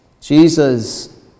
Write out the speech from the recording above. Jesus